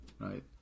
right